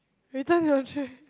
without your chair